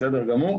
בסדר גמור.